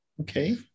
okay